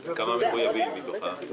כמה מחויבים מתוכם?